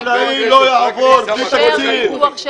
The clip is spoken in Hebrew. חקלאי לא יעבור בלי תקציב.